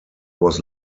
was